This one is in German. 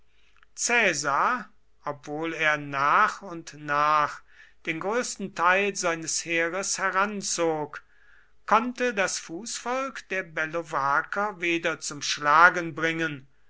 obwohl er nach und nach den größten teil seines heeres heranzog konnte das fußvolk der bellovaker weder zum schlagen bringen